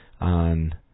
on